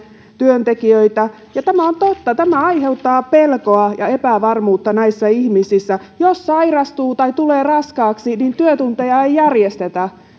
työntekijöitä ja tämä on totta tämä aiheuttaa pelkoa ja epävarmuutta näissä ihmisissä jos sairastuu tai tulee raskaaksi niin työtunteja ei järjestetä